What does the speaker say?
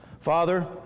Father